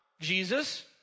Jesus